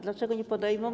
Dlaczego nie podejmą?